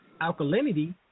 alkalinity